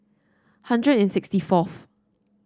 hundred and sixty fourth